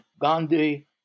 Gandhi